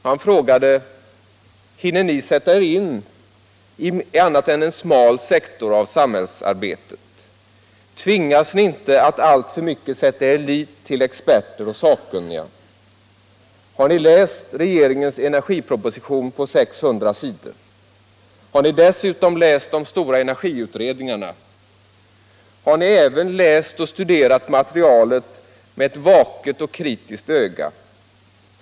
Han frågade: Hinner ni sätta er in i annat än en smal sektor av samhällsarbetet? Tvingas ni inte att alltför mycket sätta er lit till experter och sakkunniga? Har ni läst regeringens energiproposition på 600 sidor? Har ni dessutom läst de stora energiutredningarna? Har ni även läst och studerat materialet med ett vaket och kritiskt öga?